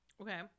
Okay